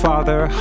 Father